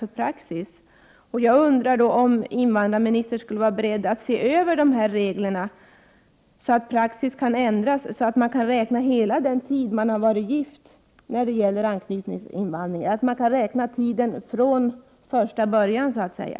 Jag undrar om invandrarministern skulle vara beredd att se över reglerna så att praxis kan ändras och man när det gäller anknytningsinvandring kan räkna hela den tid man varit gift, från första början så att säga.